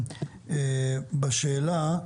בשאלה: